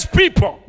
people